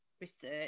research